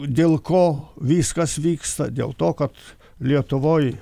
dėl ko viskas vyksta dėl to kad lietuvoj